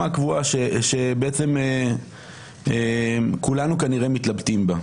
הקבועה שבעצם כולנו כנראה מתלבטים בה.